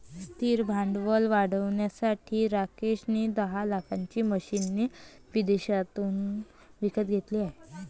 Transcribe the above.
स्थिर भांडवल वाढवण्यासाठी राकेश ने दहा लाखाची मशीने विदेशातून विकत घेतले आहे